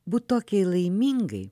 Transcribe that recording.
būt tokiai laimingai